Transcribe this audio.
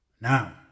Now